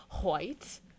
white